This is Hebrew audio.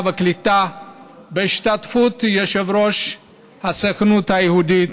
והקליטה בהשתתפות יושב-ראש הסוכנות היהודית.